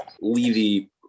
Levy